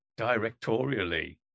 directorially